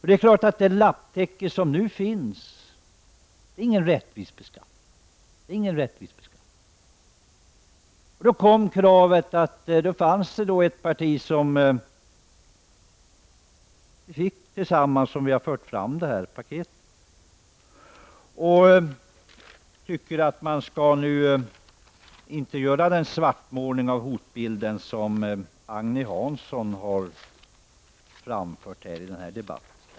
Det är klart att det lapptäcke som nu finns inte leder till någon rättvis beskattning. Vi kunde tillsammans med ett annat parti föra fram det här paketet. Jag tycker inte att man skall göra den svartmålning av hotbilden som Agne Hansson framför här i debatten.